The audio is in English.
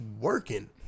working